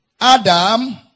Adam